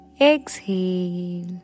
exhale